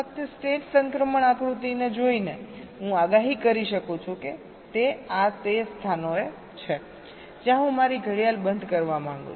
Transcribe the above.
ફક્ત સ્ટેટ સંક્રમણ આકૃતિને જોઈને હું આગાહી કરી શકું છું કે આ તે સ્થાનો છે જ્યાં હું મારી ઘડિયાળ બંધ કરવા માંગુ છું